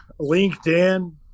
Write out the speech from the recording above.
LinkedIn